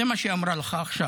זה מה שהיא אמרה לך עכשיו.